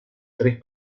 tres